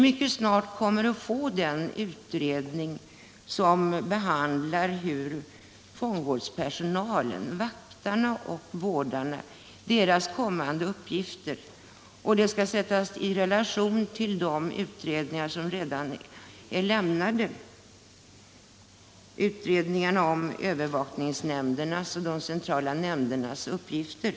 Mycket snart kommer nämligen den utredning som behandlar fångvårdspersonalens, vaktarnas och vårdarnas, kommande uppgifter. Det skall sättas i relation till de utredningar på detta område som redan avgivit sina betänkanden, utredningarna om övervakningsnämndernas och de centrala nämndernas uppgifter.